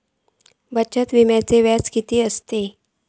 बचत विम्याचा व्याज किती असता?